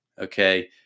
okay